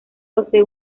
posee